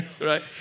right